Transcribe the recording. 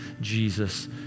Jesus